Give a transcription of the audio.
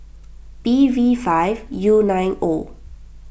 B V five U nine O